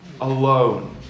alone